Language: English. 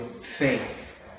faith